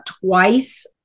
twice